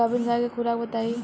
गाभिन गाय के खुराक बताई?